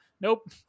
nope